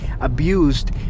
abused